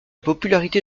popularité